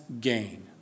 gain